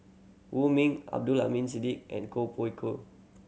Wong Ming Abdul Aleem and Koh Pui Koh